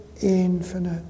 infinite